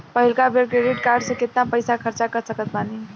पहिलका बेर credit card से केतना पईसा खर्चा कर सकत बानी?